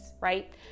right